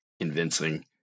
convincing